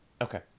okay